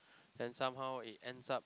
then somehow it ends up